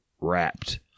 wrapped